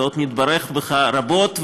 ועוד נתברך בך רבות,